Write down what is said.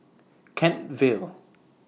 Kent Vale